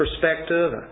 perspective